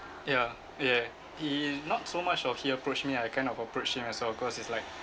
ya ya he not so much of he approached me ah I kind of approach him as well cause it's like